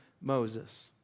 Moses